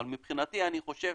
אבל מבחינתי אני חושב